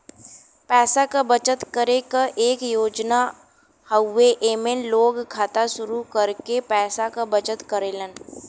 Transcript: पैसा क बचत करे क एक योजना हउवे एमन लोग खाता शुरू करके पैसा क बचत करेलन